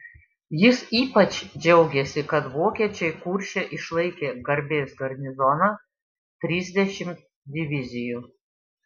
jis ypač džiaugėsi kad vokiečiai kurše išlaikė garbės garnizoną trisdešimt divizijų